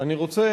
אני רוצה,